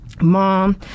Mom